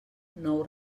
nou